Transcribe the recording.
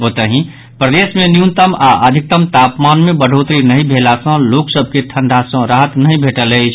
ओतहि प्रदेश मे न्यूनतम आओर अधिकतम तापमान मे बढ़ोतरी नहि भेला सॅ लोक सभ के ठंडा सॅ राहत नहि भेटल अछि